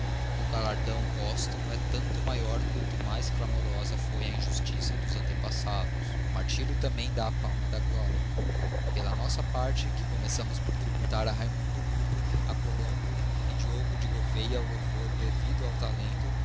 e o galardão posthumo é tanto maior quanto mais clamorosa foi a injustiça dos antepassados o martyrio também dá a palma da gloria pela nossa parte que começamos por tributar a raymundo lullio a colombo e diogo de gouveia o louvor devido ao talento